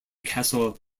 castle